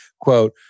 quote